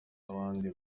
abandi